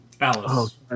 Alice